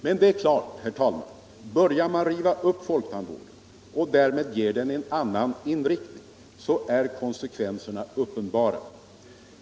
: Men börjar man riva upp folktandvården och därmed ge den en annan inriktning, så är konsekvenserna uppenbara.